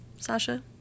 Sasha